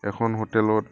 এখন হোটেলত